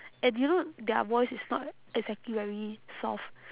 and you know their voice is not exactly very soft